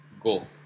go